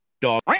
dog